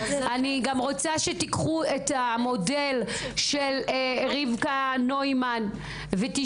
אני רוצה שתיקחו את המודל של רבקה נוימן, שלא